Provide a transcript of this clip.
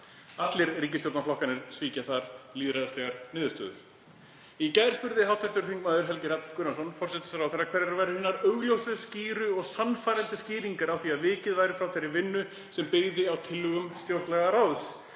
Allir ríkisstjórnarflokkarnir svíkja þar lýðræðislegar niðurstöður. Í gær spurði hv. þm. Helgi Hrafn Gunnarsson forsætisráðherra hverjar væru hinar augljósu, skýru og sannfærandi skýringar á því að vikið væri frá þeirri vinnu sem byggði á tillögum stjórnlagaráðs,